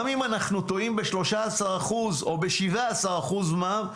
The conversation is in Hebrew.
אם אנחנו טועים ב-13% או ב-17% מע"מ,